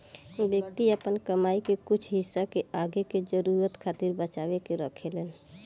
व्यक्ति आपन कमाई के कुछ हिस्सा के आगे के जरूरतन खातिर बचा के रखेलेन